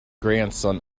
grandson